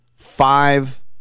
Five